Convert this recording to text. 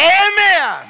Amen